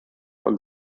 und